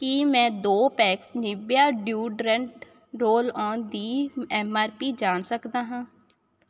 ਕੀ ਮੈਂ ਦੋ packs Nivea deodorant roll on ਦੀ ਐੱਮ ਆਰ ਪੀ ਜਾਣ ਸਕਦਾ ਹਾਂ